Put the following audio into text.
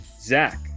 Zach